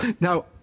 Now